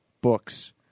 Books